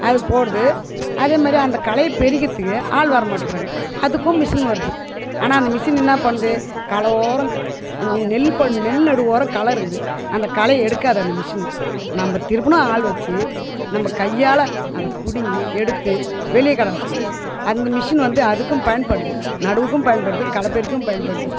அது போடுது அதேமாதிரி அந்த களையை பறிக்கறதுக்கு ஆள் வரமாட்டேறாங்க அதுக்கும் மிஷின் வருது ஆனால் அந்த மிசின் என்ன பண்ணுது களைவோரம் க நெல் பண் நெல் நடுவோரம் களை இருக்குது அந்த களையை எடுக்காது அந்த மிஷினு நம்ம திருப்பினா ஆள் வச்சு நம்ம கையால் அதை பிடுங்கி எடுத்து வெளியே கிடாசணும் அந்த மிஷின் வந்து அதுக்கும் பயன்படுது நடுவுக்கும் பயன்படுது களை பறிக்கவும் பயன்படுது